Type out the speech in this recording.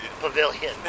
pavilion